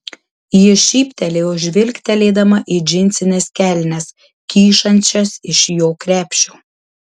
ji šyptelėjo žvilgtelėdama į džinsines kelnes kyšančias iš jo krepšio